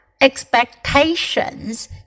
expectations